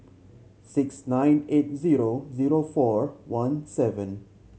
six nine eight zero zero four one seven